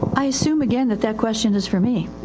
i assume again that that question is for me.